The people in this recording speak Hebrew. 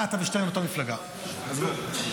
אתה ושטרן מאותה מפלגה, עזבו.